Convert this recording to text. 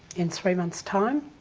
in three months' time,